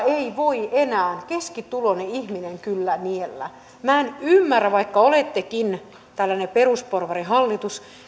ei voi enää keskituloinen ihminen kyllä niellä minä en ymmärrä vaikka olettekin tällainen perusporvarihallitus